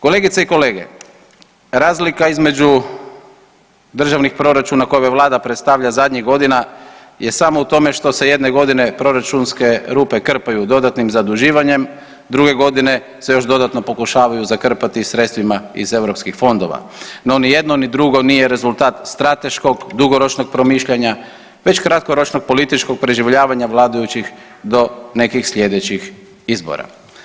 Kolegice i kolege, razlika između državnih proračuna koje ova vlada predstavlja zadnjih godina je samo u tome što se jedne godine proračunske rupe krpaju dodatnim zaduživanjim, druge godine se još dodatno pokušavaju zakrpat i sredstvima iz eu fondova, no nijedno ni drugo nije rezultat strateškog, dugoročnog promišljanja već kratkoročnog političkog preživljavanja vladajućih do nekih sljedećih izbora.